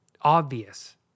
obvious